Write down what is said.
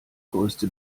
größte